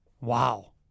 Wow